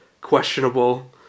questionable